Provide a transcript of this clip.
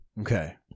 Okay